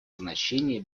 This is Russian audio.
значение